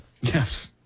Yes